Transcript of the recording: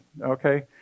Okay